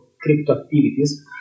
crypto-activities